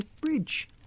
bridge